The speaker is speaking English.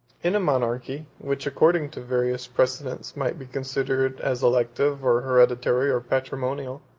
in a monarchy, which, according to various precedents, might be considered as elective, or hereditary, or patrimonial,